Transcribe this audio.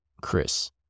Chris